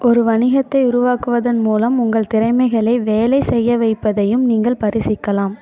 ஒரு வணிகத்தை உருவாக்குவதன் மூலம் உங்கள் திறமைகளை வேலை செய்ய வைப்பதையும் நீங்கள் பரிசிலிக்கலாம்